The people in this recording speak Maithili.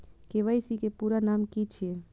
के.वाई.सी के पूरा नाम की छिय?